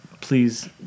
please